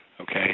Okay